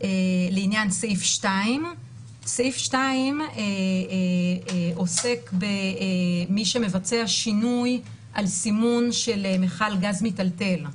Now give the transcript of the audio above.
לעניין סעיף 2. סעיף 2 עוסק במי שמבצע שינוי על סימון של מכל גז מטלטל.